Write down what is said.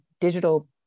digital